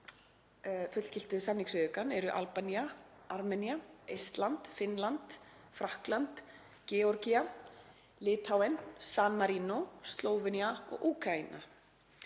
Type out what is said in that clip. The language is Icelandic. upphafi fullgiltu samningsviðaukann eru Albanía, Armenía, Eistland, Finnland, Frakkland, Georgía, Litháen, San Marínó, Slóvenía og Úkraína